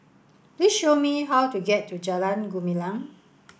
please show me how to get to Jalan Gumilang